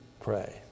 pray